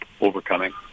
overcoming